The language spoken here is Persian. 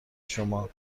شما